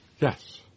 Yes